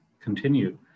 continue